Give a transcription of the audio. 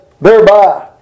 thereby